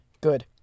Good